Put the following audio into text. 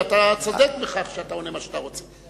ואתה צודק בכך שאתה עונה מה שאתה רוצה.